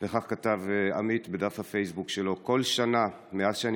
וכך כתב עמית בדף הפייסבוק שלו: "כל שנה מאז שאני